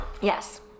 Yes